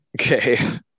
Okay